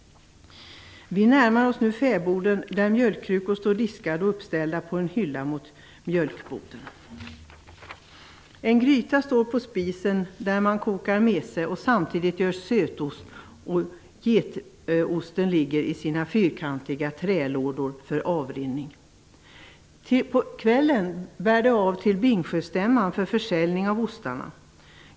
Vi närmar oss nu fäboden där mjölkkrukor står diskade och uppställda mot mjölkboden på en hylla. En gryta står på spisen där man kokar mese samtidigt som man gör sötost, och getosten ligger i sina fyrkantiga trälådor för avrinning. Ty på kvällen bär det av till Bingsjöstämman för försäljning av ostarna.